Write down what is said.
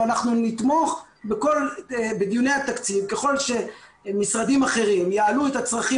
ואנחנו נתמוך בדיוני התקציב ככול שמשרדים אחרים יעלו את הצרכים